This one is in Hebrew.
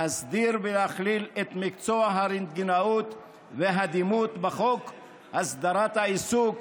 להסדיר ולהכליל את מקצוע הרנטגנאות והדימות בחוק הסדרת העיסוק